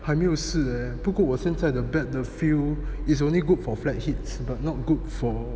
还没有试 eh 不过我现在的 bat 的 feel is only good for flat hits but not good for